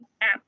app